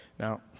Now